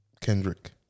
Kendrick